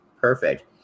perfect